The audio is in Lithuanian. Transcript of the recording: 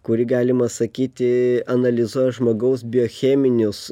kuri galima sakyti analizuoja žmogaus biocheminius